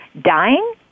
dying